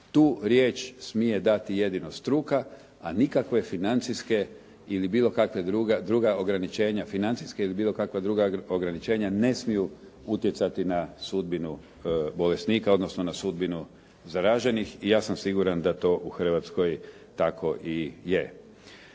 ili bilo kakva druga ograničenja, financijska ili bilo kakva druga ograničenja ne smiju utjecati na sudbinu bolesnika, odnosno na sudbinu zaraženih. I ja sam siguran da to u Hrvatskoj tako i je.